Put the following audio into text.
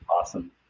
Awesome